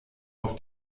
auf